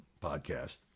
podcast